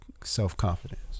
self-confidence